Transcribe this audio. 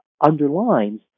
underlines